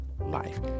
life